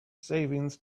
savings